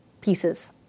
pieces